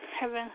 heaven